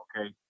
okay